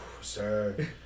Sir